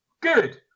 Good